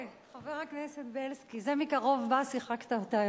חבר הכנסת בילסקי, זה מקרוב בא, שיחקת אותה.